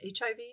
HIV